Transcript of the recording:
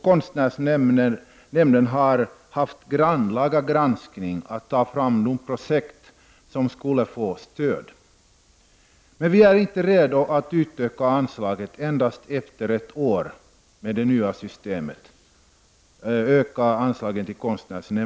Konstnärsnämnden har haft en grannlaga granskning att utföra för att ta fram de projekt som skulle få stöd. Men vi är inte redo att utöka anslaget endast efter ett år till konstnärsnämnden med det system som finns i dag.